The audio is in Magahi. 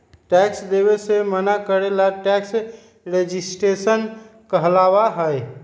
टैक्स देवे से मना करे ला टैक्स रेजिस्टेंस कहलाबा हई